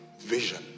vision